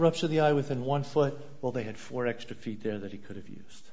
rupture the eye within one foot well they had four extra feet there that he could have used